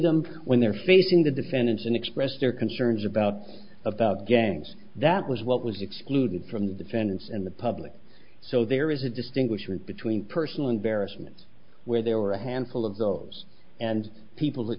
them when they're facing the defendants and expressed their concerns about about gangs that was what was excluded from defendants in the public so there is a distinguish between personal embarrassments where there were a handful of those and people